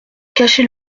cachez